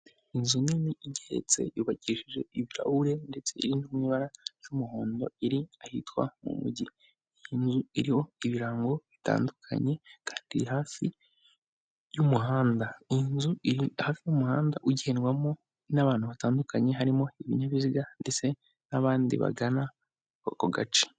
Inzu nini igeretse yubakishije ibirahure ndetse iri mu ibara ry'umuhondo, iri ahitwa mu mujyi iriho ibirango bitandukanye kandi hafi y'umuhanda. Iyi nzu iri hafi y'umuhanda ugendwamo n'abantu batandukanye harimo ibinyabiziga ndetse n'abandi bagana ako gace.